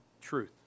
truth